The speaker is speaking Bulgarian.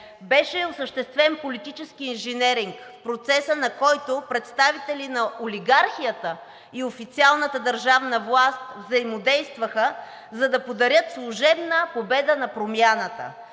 Беше осъществен политически инженеринг, в процеса на който представители на олигархията и официалната държавна власт взаимодействаха, за да подарят служебна победа на промяната.